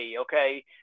okay